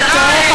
אתה טועה,